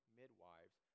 midwives